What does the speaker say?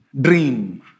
dream